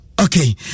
Okay